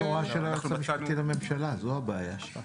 יש הוראה של היועץ המשפטי לממשלה, זאת הבעיה שלך.